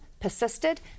persisted